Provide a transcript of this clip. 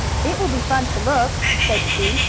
it will be fun to look! said sue.